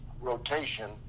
rotation